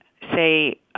say